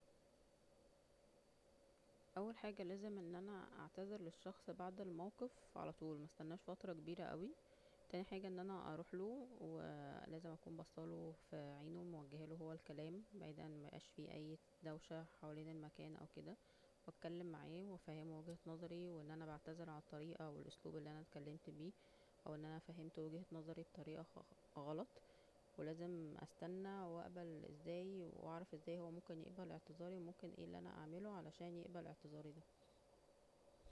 اول حاجة ان انا لازم اعتذر للشخص بعد الموقف على طول مستناش فترة كبيرة اوى, تانى حاجة ان انا اروح له ولازم اكون بصاله ف- ف- اه - عينه و موجهاله هو الكلام بعيد عن ان ميبقاش فى اى دوشة حوالين المكان او كدا و اتكلم وافهمه وجهه نظرى وان انا بعتذر على الطريقة والاسلوب اللى انا اتكلمت بيه, او ان انا فهمته وجهه نظرى بطريقة غ-غلط, ولازم استنى واقب ازاى- اعرف ازاى هو ممكن يقبل اعتذارى و ممكن ايه اللى انا اعمله عشان يقبل اعتذارى دا